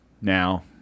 Now